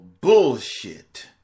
bullshit